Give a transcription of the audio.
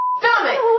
stomach